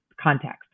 context